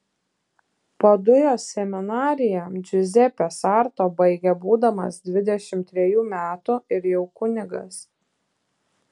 padujos seminariją džiuzepė sarto baigė būdamas dvidešimt trejų metų ir jau kunigas